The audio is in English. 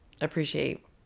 appreciate